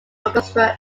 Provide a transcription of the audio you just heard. orchestra